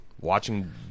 watching